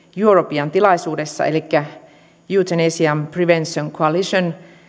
europen tilaisuudessa elikkä euthanasia prevention coalition